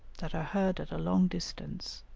that are heard at a long distance